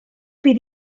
bydd